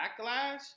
backlash